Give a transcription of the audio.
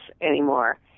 anymore